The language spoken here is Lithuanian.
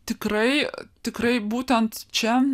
tikrai tikrai būtent čia